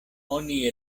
oni